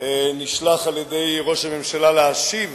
נשלח על-ידי ראש הממשלה להשיב